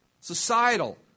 societal